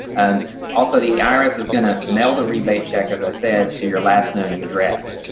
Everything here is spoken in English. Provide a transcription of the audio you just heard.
and also, the ah irs is going to mail the rebate check, as i said, to your last known address.